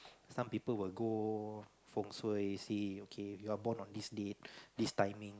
some people will go fengshu see okay if you are born on this date this timing